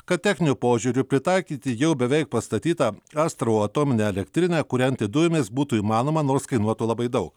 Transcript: kad techniniu požiūriu pritaikyti jau beveik pastatytą astravo atominę elektrinę kūrenti dujomis būtų įmanoma nors kainuotų labai daug